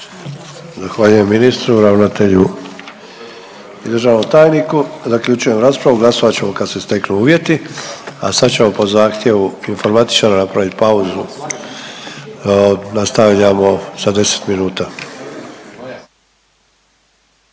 zahvaljujem ministru, ravnatelju i državnom tajniku. Zaključujem raspravu, glasovat ćemo kad se steknu uvjeti, a sad ćemo po zahtjevu informatičara napravit pauzu, nastavljamo za 10 minuta.